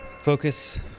Focus